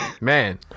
man